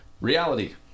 Reality